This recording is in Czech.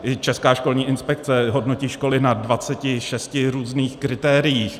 I Česká školní inspekce hodnotí školy na 26 různých kritérií.